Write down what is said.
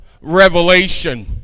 revelation